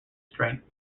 strengths